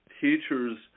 teachers